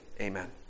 Amen